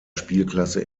spielklasse